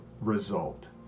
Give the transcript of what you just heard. result